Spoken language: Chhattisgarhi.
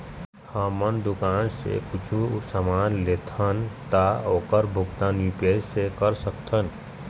हमन दुकान से कुछू समान लेथन ता ओकर भुगतान यू.पी.आई से कर सकथन?